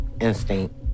instinct